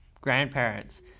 grandparents